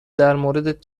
درموردت